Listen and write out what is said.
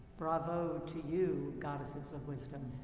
bravo to you, goddesses of wisdom,